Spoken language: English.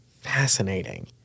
Fascinating